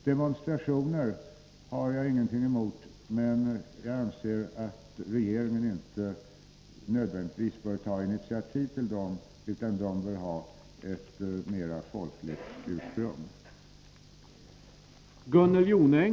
Demonstrationer har jag ingenting emot, men jag anser att regeringen inte nödvändigtvis bör ta initiativ till sådana, utan de bör ha ett mer folkligt ursprung.